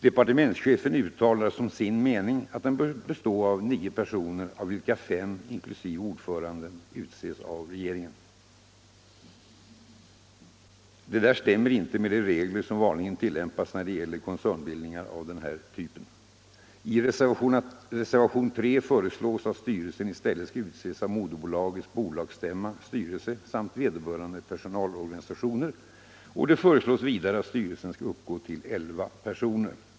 Departementschefen uttalar som sin mening att den bör bestå av nio personer av vilka fem, inklusive ordföranden, utses av regeringen. Det där stämmer inte med de regler som vanligen tillämpas när det gäller koncernbildningar av denna typ. I reservationen 3 föreslås att styrelsen i stället skall utses av moderbolagets bolagsstämma, styrelse samt vederbörande personalorganisationer. Det föreslås vidare att styrelsen skall uppgå till elva personer.